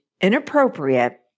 inappropriate